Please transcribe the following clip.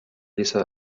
lisa